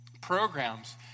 programs